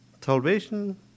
salvation